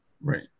right